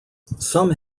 some